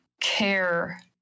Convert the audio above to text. care